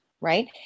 right